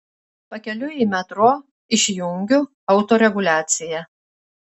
pakeliui į metro išjungiu autoreguliaciją